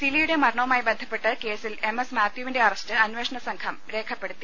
സിലിയുടെ മരണവുമായി ബന്ധപ്പെട്ട് കേസിൽ എം എസ് മാത്യുവിന്റെ അറസ്റ്റ് അന്വേഷണസംഘം രേഖപ്പെടുത്തി